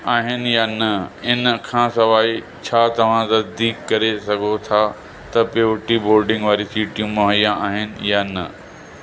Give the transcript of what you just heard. आहिनि या न इन खां सवाइ छा तव्हां तसदीक़ करे सघो था त प्रियोर्टी बोर्डिंग वारियूं सीटियूं मुहैया आहिनि या न